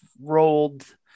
rolled